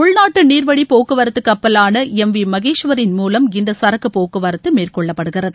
உள்நாட்டு நீர் வழி போக்குவரத்து கப்பலான எம் வி மகேஷவரின் மூலம் இந்த சரக்கு போக்குவரத்து மேற்கொள்ளப்படுகிறது